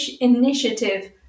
initiative